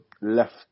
left